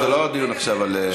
זה לא הדיון עכשיו על,